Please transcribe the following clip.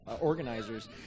organizers